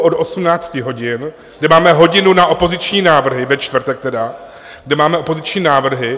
... od 18 hodin, kde máme hodinu na opoziční návrhy, ve čtvrtek tedy, kde máme opoziční návrhy.